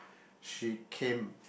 she came